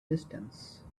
distance